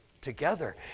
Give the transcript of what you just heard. together